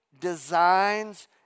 designs